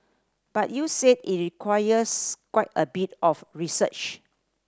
but you said it requires quite a bit of research